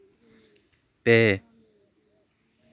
ᱯᱮ